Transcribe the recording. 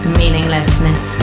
meaninglessness